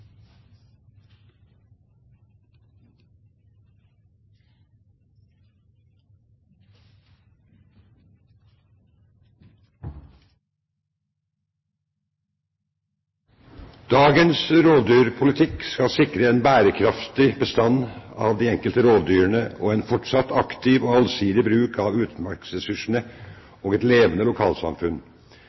Dagens rovdyrpolitikk skal sikre en bærekraftig bestand av de enkelte rovdyrene og en fortsatt aktiv og allsidig bruk av utmarksressursene og et levende lokalsamfunn.